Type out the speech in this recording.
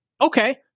okay